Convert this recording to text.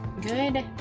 good